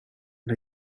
but